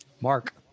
Mark